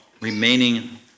remaining